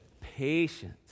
patient